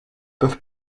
veut